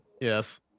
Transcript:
Yes